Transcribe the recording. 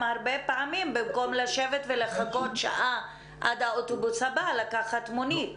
הרבה פעמים במקום לשבת ולחכות שעה עד האוטובוס הבא לקחת מונית.